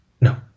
no